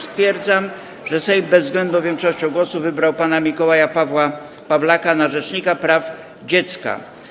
Stwierdzam, że Sejm bezwzględną większością głosów wybrał pana Mikołaja Pawła Pawlaka na rzecznika praw dziecka.